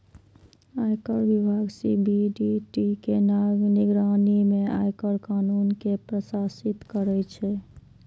आयकर विभाग सी.बी.डी.टी के निगरानी मे आयकर कानून कें प्रशासित करै छै